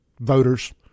voters